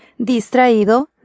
distraído